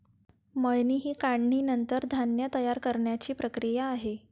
मळणी ही काढणीनंतर धान्य तयार करण्याची प्रक्रिया आहे